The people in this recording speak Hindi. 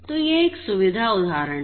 तो यह एक सुविधा उदाहरण था